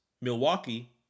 Milwaukee